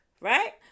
right